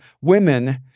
women